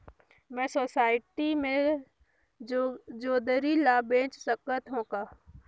मैं सोसायटी मे जोंदरी ला बेच सकत हो का?